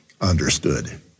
understood